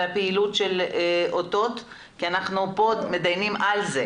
הפעילות של אותות כי אנחנו דנים על זה.